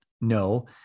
no